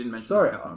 Sorry